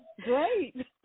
Great